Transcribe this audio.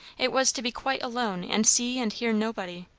it was to be quite alone and see and hear nobody.